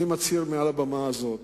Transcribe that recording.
אני מצהיר מעל הבמה הזאת